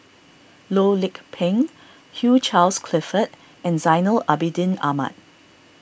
Loh Lik Peng Hugh Charles Clifford and Zainal Abidin Ahmad